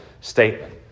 statement